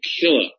killer